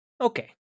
Okay